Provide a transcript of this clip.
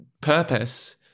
purpose